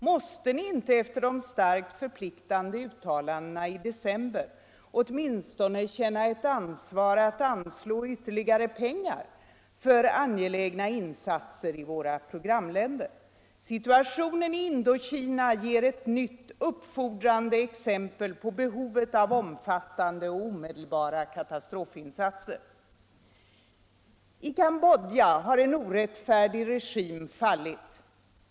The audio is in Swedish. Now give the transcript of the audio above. Måste ni inte efter de starkt förpliktande uttalandena i december åtminstone känna ett ansvar att anslå ytterligare pengar för angelägna insatser i våra programländer? Situationen i Indokina ger ett nytt, uppfordrande exempel på behovet av omfattande och omedelbara katastrofinsatser. I Cambodja har en orättfärdig regim fallit.